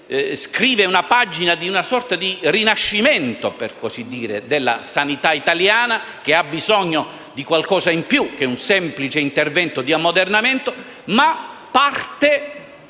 paziente; porta ad una sorta di rinascimento della sanità italiana, che ha bisogno di qualcosa in più di un semplice intervento di ammodernamento, e ha